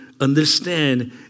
understand